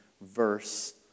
verse